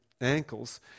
ankles